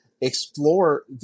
Explore –